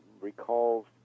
recalls